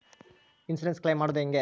Insurance claim ಮಾಡದು ಹೆಂಗೆ?